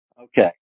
Okay